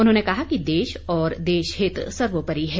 उन्होंने कहा कि देश और देश हित सर्वोपरि है